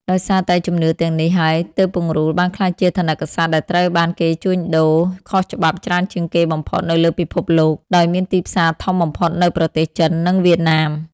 ដោយសារតែជំនឿទាំងនេះហើយទើបពង្រូលបានក្លាយជាថនិកសត្វដែលត្រូវបានជួញដូរខុសច្បាប់ច្រើនជាងគេបំផុតនៅលើពិភពលោក ដោយមានទីផ្សារធំបំផុតនៅប្រទេសចិន និងវៀតណាម។